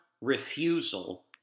refusal